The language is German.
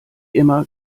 immer